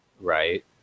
Right